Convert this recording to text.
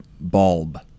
bulb